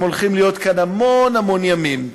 הם הולכים להיות כאן המון המון ימים.